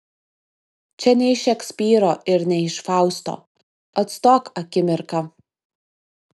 čia ne iš šekspyro ir ne iš fausto atstok akimirka